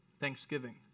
Thanksgiving